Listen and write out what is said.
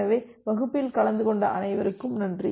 எனவே வகுப்பில் கலந்து கொண்ட அனைவருக்கும் நன்றி